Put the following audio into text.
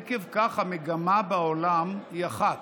עקב כך, המגמה בעולם היא אחת,